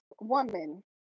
woman